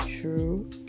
true